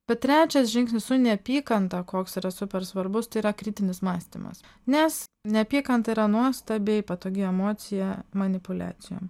bet trečias žingsnis su neapykanta koks yra super svarbus tai yra kritinis mąstymas nes neapykanta yra nuostabiai patogi emocija manipuliacijom